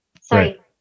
Sorry